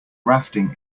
rafting